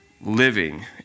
living